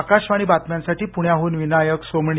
आकाशवाणी बातम्यांसाठी पूण्याहून विनायक सोमणी